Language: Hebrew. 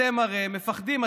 אתם הרי מפחדים.